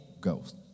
Ghost